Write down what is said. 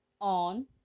on